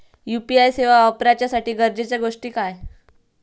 UPI सेवा वापराच्यासाठी गरजेचे गोष्टी काय?